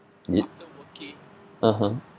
is it (uh huh)